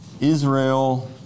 Israel